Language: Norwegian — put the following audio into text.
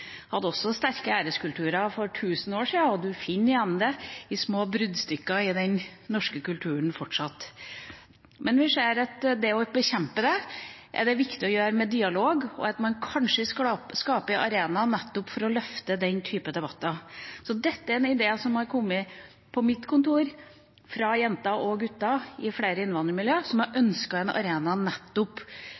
hadde også sterke æreskulturer for tusen år siden, og du finner det igjen i små bruddstykker i den norske kulturen fortsatt. Men vi ser at det å bekjempe det er det viktig å gjøre med dialog, og at man kanskje skaper arenaer for nettopp å løfte den type debatter. Så dette er en idé som har kommet på mitt kontor fra jenter og gutter i flere innvandrermiljø som har ønsket en arena nettopp